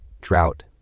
drought